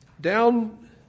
down